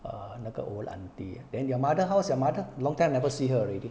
err 那个 old auntie eh then your mother house your mother long time never see her already